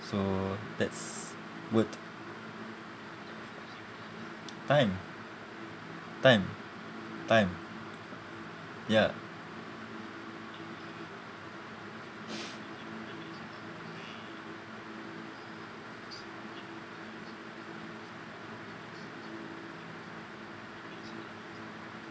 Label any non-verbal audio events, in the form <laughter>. so that's worth time time time ya <noise>